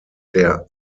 der